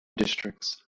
districts